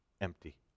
empty